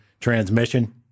transmission